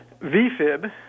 V-fib